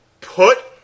Put